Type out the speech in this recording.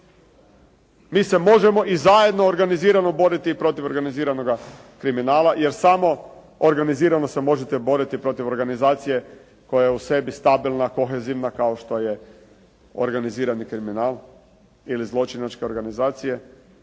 Mi se možemo i zajedno organizirano boriti protiv organiziranoga kriminala jer samo organizirano se možete boriti protiv organizacije koja je u sebi stabilna, kohezivna kao što je organizirani kriminal ili zločinačke organizacije.